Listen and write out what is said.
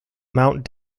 mount